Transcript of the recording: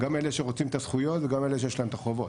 גם אלו שרוצים את הזכויות וגם אלו שיש להם את החובות.